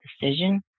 decision